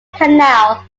canal